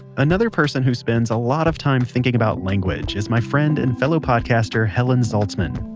another person who spends a lot of time thinking about language is my friend and fellow podcaster, helen zaltzmann.